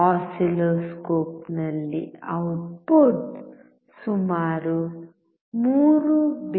ಆಸಿಲ್ಲೋಸ್ಕೋಪ್ನಲ್ಲಿ output ಸುಮಾರು 3